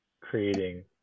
creating